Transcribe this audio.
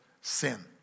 sin